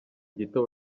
gito